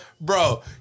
Bro